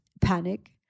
panic